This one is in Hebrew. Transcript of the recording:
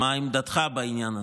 מה עמדתך בעניין הזה,